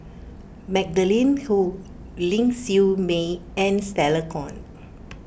Magdalene Khoo Ling Siew May and Stella Kon